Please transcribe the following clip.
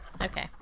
Okay